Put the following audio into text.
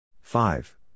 Five